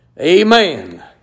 Amen